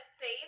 save